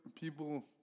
people